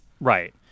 Right